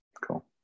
Cool